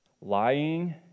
Lying